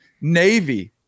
Navy